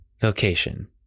Vocation